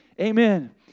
Amen